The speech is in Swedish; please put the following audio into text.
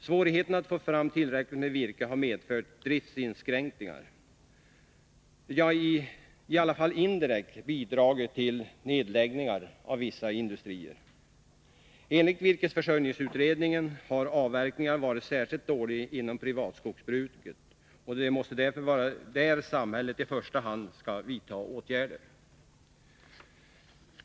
Svårigheten att få fram tillräckligt med virke har medfört driftsinskränkningar och, i alla fall indirekt, bidragit till nedläggningar av vissa industrier: Enligt virkesförsörjningsutredningen har avverkningarna varit särskilt dåliga inom privatskogsbruket. Det måste därför vara där som samhället i första hand skall vidta åtgärder.